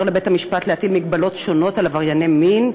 מאפשר לבית-המשפט להטיל הגבלות שונות על עברייני מין,